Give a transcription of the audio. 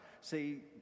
See